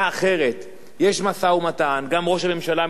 יש משא-ומתן, גם ראש הממשלה מתעסק בסוגיה הזאת,